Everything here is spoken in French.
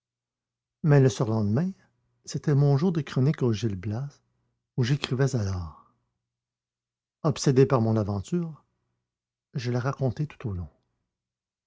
mais le surlendemain c'était mon jour de chronique au gil blas où j'écrivais alors obsédé par mon aventure je la racontai tout au long